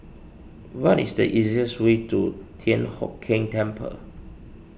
what is the easiest way to Thian Hock Keng Temple